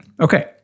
Okay